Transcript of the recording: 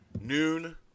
noon